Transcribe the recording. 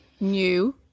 new